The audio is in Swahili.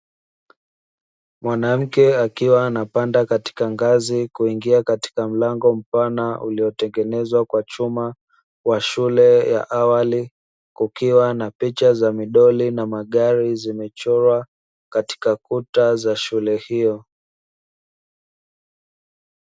Mwanamke akiwa anapanda katika ngazi kuingia katika mlango mpana uliotengenezwa kwa chuma wa shule ya awali, kukiwa na picha za midoli na magari zimechorwa katika kuta za shule hiyo.